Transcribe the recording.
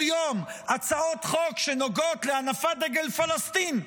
יום הצעות חוק שנוגעות להנפת דגל פלסטין,